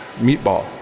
meatball